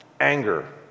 anger